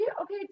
Okay